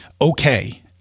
Okay